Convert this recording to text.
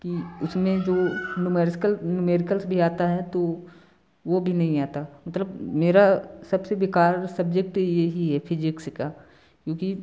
कि उसमें जो नुमेरेस्कल नुमेरिकल्स भी आता है तो वो भी नहीं आता मतलब मेरा सबसे बेकार सब्जेक्ट यही है फिजिक्स का क्योंकि